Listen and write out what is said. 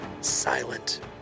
silent